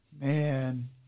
Man